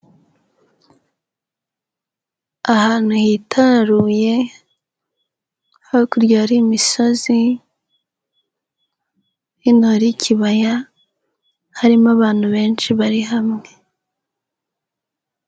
Ahantu hitaruye, hakurya hari imisozi, hino hari ikibaya, harimo abantu benshi bari hamwe.